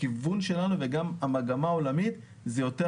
הכיוון שלנו וגם המגמה העולמית זה יותר